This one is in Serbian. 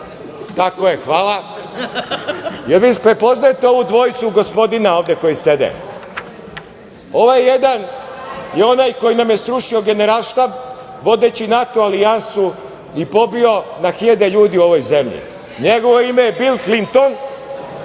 tako je, hvala, ovu dvojicu gospodina ovde koji sede? Ovaj jedan je onaj koji nam je srušio Generalštab vodeći NATO alijansu i pobio na hiljade ljudi na ovoj zemlji. Njegovo ime je Bil Klinton,